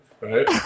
right